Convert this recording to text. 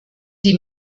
die